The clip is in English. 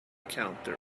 counter